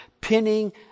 pinning